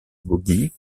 bogies